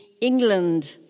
England